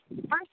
first